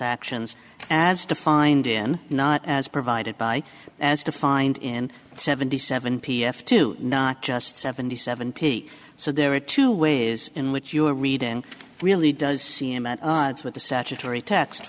actions as defined in not as provided by as defined in seventy seven p f to not just seventy seven p so there are two ways in which you are reading really does seem at odds with the statutory t